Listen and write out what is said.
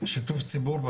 שיתוף ציבור,